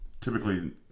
typically